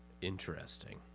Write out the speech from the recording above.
Interesting